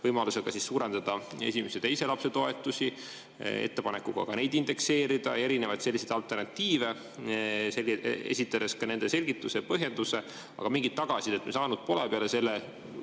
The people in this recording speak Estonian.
võimalusega suurendada esimese ja teise lapse toetusi, ettepanekuga ka neid indekseerida, erinevaid selliseid alternatiive, esitades ka nende selgituse ja põhjenduse. Aga mingit tagasisidet me saanud pole peale selle